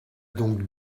donc